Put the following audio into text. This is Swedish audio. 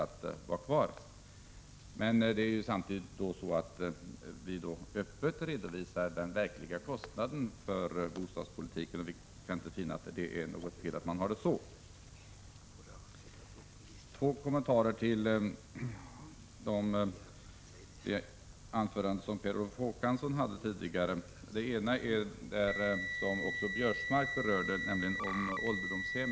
Men vi redovisar samtidigt öppet den verkliga kostnaden för bostadspolitiken, och vi kan inte finna att det är något fel i att man har en sådan ordning. Per Olof Håkansson och även Karl-Göran Biörsmark berörde frågan om reglerna för ombyggnader av ålderdomshem.